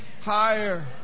higher